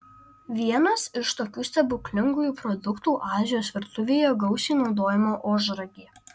vienas iš tokių stebuklingųjų produktų azijos virtuvėje gausiai naudojama ožragė